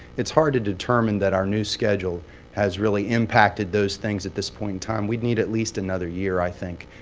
it's hard to determine that our new schedule has really impacted those things at this point in time. we'd need at least another year, i think,